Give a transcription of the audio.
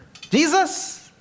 Jesus